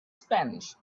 spanish